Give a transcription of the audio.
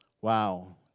Wow